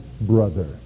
brother